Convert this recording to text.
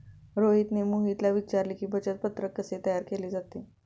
रोहितने मोहितला विचारले की, बचत पत्रक कसे तयार केले जाते?